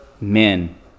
men